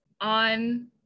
on